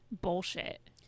bullshit